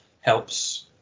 helps